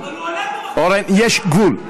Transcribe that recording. אבל הוא, אורן, יש גבול.